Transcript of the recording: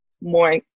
more